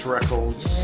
Records